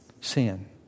Sin